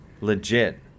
legit